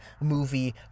movie